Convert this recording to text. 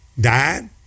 died